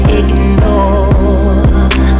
ignore